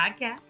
podcast